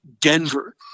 Denver